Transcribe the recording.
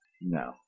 no